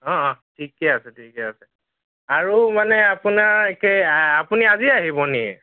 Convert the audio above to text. ঠিকে আছে ঠিকে আছে আৰু মানে আপোনাৰ একে আপুনি আজি আহিব নেকি